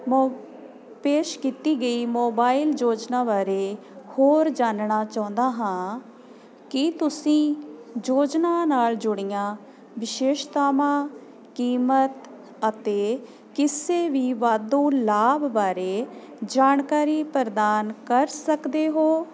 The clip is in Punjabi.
ਮੋ ਪੇਸ਼ ਕੀਤੀ ਗਈ ਮੋਬਾਇਲ ਯੋਜਨਾ ਬਾਰੇ ਹੋਰ ਜਾਨਣਾ ਚਾਹੁੰਦਾ ਹਾਂ ਕੀ ਤੁਸੀਂ ਯੋਜਨਾ ਨਾਲ ਜੁੜੀਆ ਵਿਸ਼ੇਸ਼ਤਾਵਾਂ ਕੀਮਤ ਅਤੇ ਕਿਸੇ ਵੀ ਵਾਧੂ ਲਾਭ ਬਾਰੇ ਜਾਣਕਾਰੀ ਪ੍ਰਦਾਨ ਕਰ ਸਕਦੇ ਹੋ